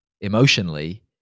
emotionally